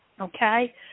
okay